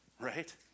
Right